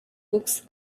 books